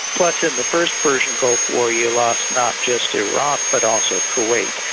plus in the first persian gulf war you lost not just iraq but also kuwait.